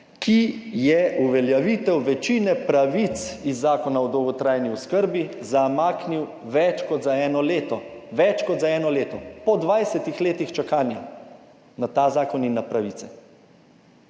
ki je uveljavitev večine pravic iz zakona o dolgotrajni oskrbi zamaknil več kot za eno leto, več kot za eno leto, po 20 letih čakanja na ta zakon in na pravice,